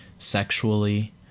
sexually